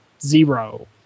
zero